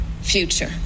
future